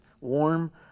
warm